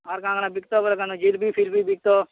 ଆର୍ କାଣା କାଣା ବିକ୍ତ ବେଲେ କେନୁ ଜିଲ୍ପି ଫିଲ୍ପି ବିକ୍ତ